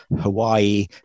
Hawaii